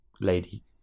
lady